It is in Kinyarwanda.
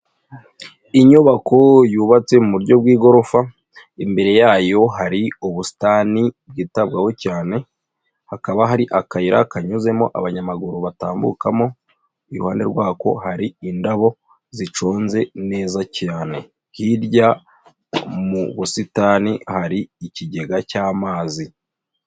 Inyubako yubatse mu buryo bw'igorofa, imbere yayo hari ubusitani bwitabwaho cyane, hakaba hari akayira kanyuzemo abanyamaguru batambukamo, iruhande rwako hari indabo ziconze neza cyane. Hirya mu busitani hari ikigega cy'amazi.